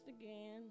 again